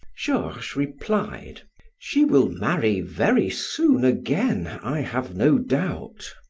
georges replied she will marry very soon again, i have no doubt.